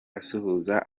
asuhuza